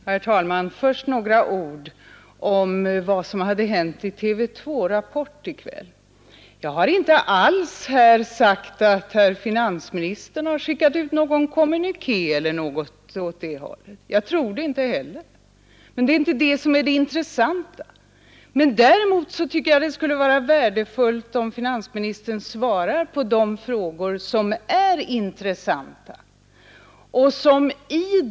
Herr talman! Först några ord om vad som hade hänt i TV 2:s Rapport i kväll. Jag har inte alls sagt, att finansministern har skickat ut någon kommuniké eller något sådant. Jag tror det inte heller, och det är inte det som är det intressanta. Men däremot tycker jag det skulle vara värdefullt, om finansministern svarar på de frågor som är intressanta.